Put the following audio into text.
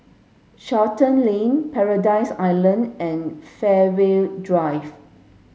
Charlton Lane Paradise Island and Fairway Drive